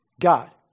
god